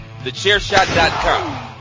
thechairshot.com